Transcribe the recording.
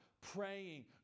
praying